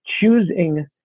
choosing